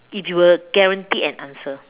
if you were guaranteed an answer